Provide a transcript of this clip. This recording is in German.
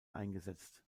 eingesetzt